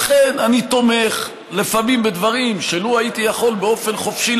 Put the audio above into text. לכן אני תומך לפעמים בדברים שלו הייתי יכול להצביע באופן חופשי,